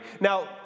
Now